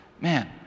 Man